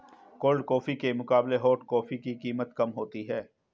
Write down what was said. cold coffee के मुकाबले hot coffee की कीमत कम होती है